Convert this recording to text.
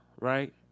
right